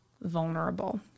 vulnerable